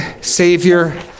Savior